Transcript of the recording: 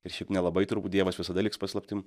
ir šiaip nelabai turbūt dievas visada liks paslaptim